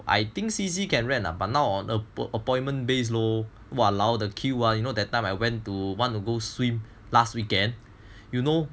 I think C_C can rent lah but now on appointment based loh !walao! the queue ah you know that time I went to want to go swim last weekend you know